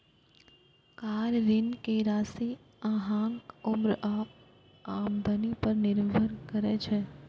car ऋण के राशि अहांक उम्र आ आमदनी पर निर्भर करै छै